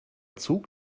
zug